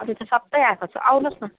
अरू त सबै आएको छ आउनु होस् न